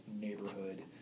neighborhood